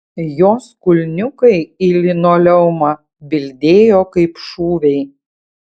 jos kulniukai į linoleumą bildėjo kaip šūviai